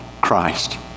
christ